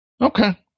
Okay